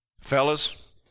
Fellas